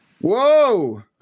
Whoa